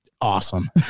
awesome